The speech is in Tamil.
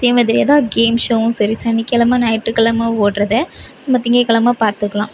அதே மாதிரியே தான் கேம் ஷோவும் சரி சனிக்கிழமை ஞாயிற்றுக்கிழமை ஓடுறத நம்ம திங்கக்கிழமை பார்த்துக்கலாம்